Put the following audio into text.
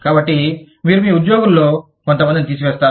కాబట్టి మీరు మీ ఉద్యోగులలో కొంతమందిని తీసివేస్తారు